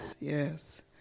Yes